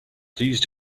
please